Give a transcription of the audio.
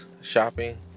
shopping